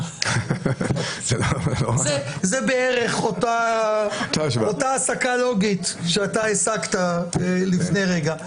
זו בערך אותה הסקה לוגית שאתה הסקת לפני רגע.